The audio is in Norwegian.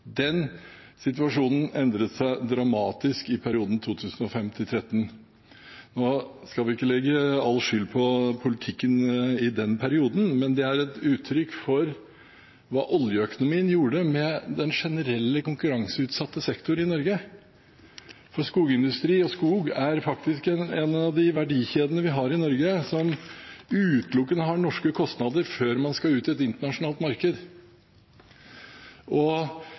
Den situasjonen endret seg dramatisk i perioden 2005–2013. Nå skal vi ikke legge all skyld på politikken i den perioden, men det er et uttrykk for hva oljeøkonomien gjorde med den generelle konkurranseutsatte sektor i Norge. For skogindustri og skog er faktisk en av de verdikjedene vi har i Norge som utelukkende har norske kostnader før man skal ut i et internasjonalt marked, og